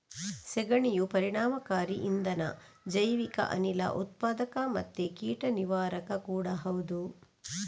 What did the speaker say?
ಸೆಗಣಿಯು ಪರಿಣಾಮಕಾರಿ ಇಂಧನ, ಜೈವಿಕ ಅನಿಲ ಉತ್ಪಾದಕ ಮತ್ತೆ ಕೀಟ ನಿವಾರಕ ಕೂಡಾ ಹೌದು